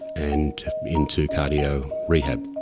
and into cardio rehab.